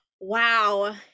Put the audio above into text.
Wow